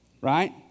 right